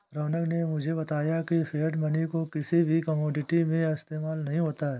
रौनक ने मुझे बताया की फिएट मनी को किसी भी कोमोडिटी में इस्तेमाल नहीं होता है